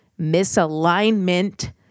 misalignment